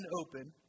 open